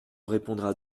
répondra